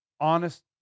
honest